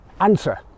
answer